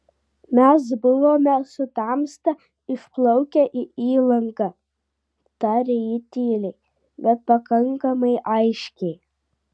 mes buvome su tamsta išplaukę į įlanką tarė ji tyliai bet pakankamai aiškiai